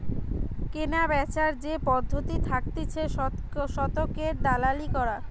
কেনাবেচার যে পদ্ধতি থাকতিছে শতকের দালালি করা